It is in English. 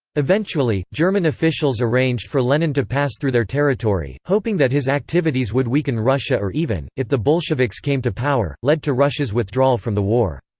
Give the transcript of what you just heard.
eventually, german officials arranged for lenin to pass through their territory, hoping that his activities would weaken russia or even if the bolsheviks came to power led to russia's withdrawal from the war.